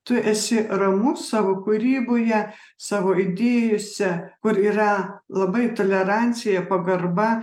tu esi ramus savo kūryboje savo idėjose kur yra labai tolerancija pagarba